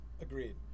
Agreed